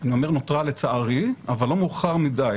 אני אומר "נותרה" לצערי אבל לא מאוחר מדי